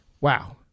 Wow